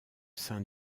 sein